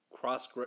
cross